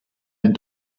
ein